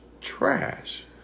trash